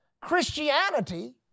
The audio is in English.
Christianity